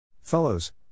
Fellows